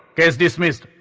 is dismissed